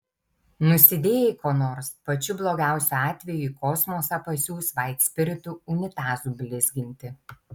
nusidėjai kuo nors pačiu blogiausiu atveju į kosmosą pasiųs vaitspiritu unitazų blizginti